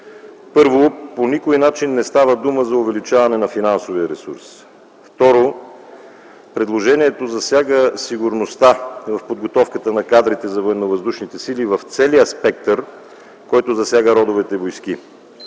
Първо, по никой начин не става дума за увеличаване на финансовия ресурс. Второ, предложението засяга сигурността в подготовката на кадри за Военновъздушните сили в целия спектър, който засяга родовете войски.